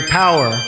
power